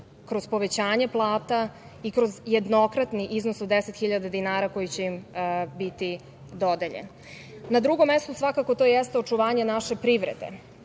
kroz povećanje plata i kroz jednokratni iznos od 10 hiljada dinara koji će im biti dodeljen. Na drugom mestu svakako to jeste očuvanje naše privrede.